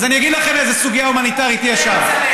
אז אני אגיד לכם איזו סוגיה הומניטרית יש שם.